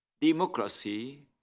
democracy